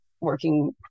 working